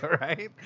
right